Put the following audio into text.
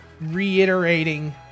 reiterating